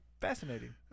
fascinating